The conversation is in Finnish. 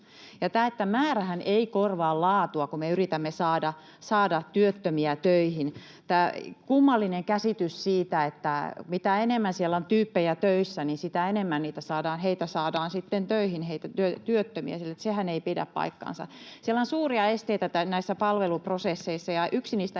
määrähän ei korvaa laatua, kun me yritämme saada työttömiä töihin. Tämä kummallinen käsityshän siitä, että mitä enemmän siellä on tyyppejä töissä, niin sitä enemmän heitä työttömiä saadaan sitten töihin, ei pidä paikkaansa. Siellä on suuria esteitä näissä palveluprosessissa, ja yksi niistä